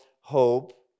hope